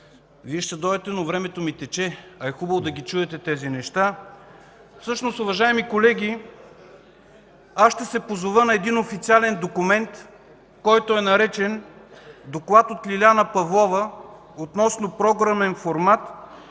Вие ще дойдете, но времето ми тече, а е хубаво да чуете тези неща. Всъщност, уважаеми колеги, ще се позова на един официален документ, който е наречен „Доклад от Лиляна Павлова относно Програмен формат